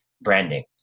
branding